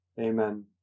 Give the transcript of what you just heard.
Amen